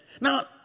Now